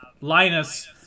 Linus